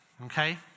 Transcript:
okay